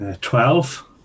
Twelve